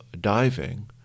diving